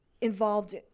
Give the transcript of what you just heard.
involved